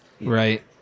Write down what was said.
Right